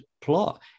plot